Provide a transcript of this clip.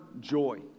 joy